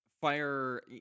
Fire